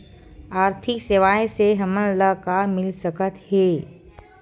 आर्थिक सेवाएं से हमन ला का मिल सकत हे?